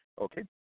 Okay